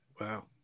Wow